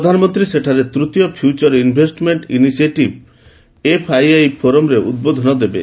ପ୍ରଧାନମନ୍ତ୍ରୀ ସେଠାରେ ତୂତୀୟ ଫ୍ୟୁଚର୍ ଇନ୍ଭେଷ୍ଟମେଣ୍ଟ ଇନିସିଏଟିଭ୍ ଏଫ୍ଆଇଆଇ ଫୋରମ୍ରେ ଉଦ୍ବୋଧନ ଦେବେ